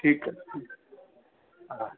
ठीकु आहे हा